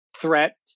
threat